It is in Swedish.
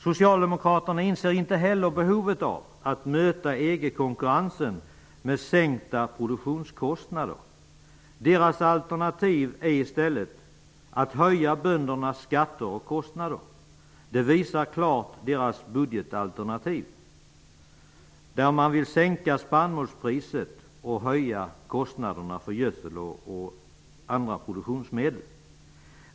Socialdemokraterna inser inte heller behovet av att möta EG-konkurrensen med sänkta produktionskostnader. Deras alternativ är i stället att höja böndernas skatter och kostnader. Det visar klart deras budgetalternativ, där man vill sänka spannmålspriset och höja kostnaderna för gödsel och andra produktionsmedel.